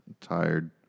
tired